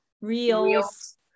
Reels